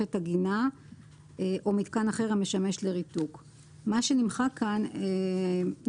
מערכת עגינה או מיתקן אחר המשמש לריתוק ; מה שנמחק כאן לדעתנו,